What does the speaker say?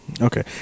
Okay